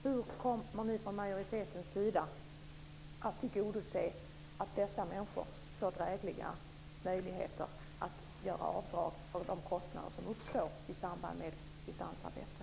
Hur kommer ni från majoritetens sida att tillgodose att dessa människor får drägliga möjligheter att göra avdrag för de kostnader som uppstår i samband med distansarbete?